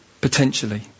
Potentially